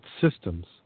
systems